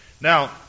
Now